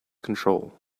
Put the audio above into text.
control